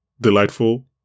delightful